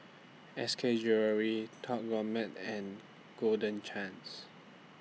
S K Jewellery Top Gourmet and Golden Chance